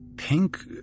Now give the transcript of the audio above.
Pink